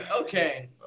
okay